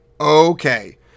okay